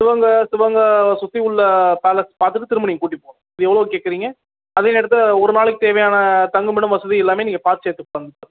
சிவகங்கை சிவகங்கை சுற்றி உள்ள பேலஸ் பார்த்துட்டு திரும்ப நீங்கள் கூட்டி போகணும் இது எவ்வளோ கேட்குறிங்க அதே நேரத்தில் ஒரு நாளைக்கு தேவையான தங்குமிடம் வசதி எல்லாமே நீங்கள் பார்த்து சேர்த்து பண்ணனும்